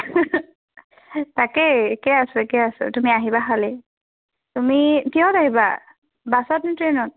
তাকে একে আছো একে আছো তুমি আহিবা খালি তুমি কিহত আহিবা বাছত ন ট্ৰেইনত